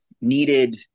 needed